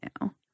now